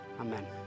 Amen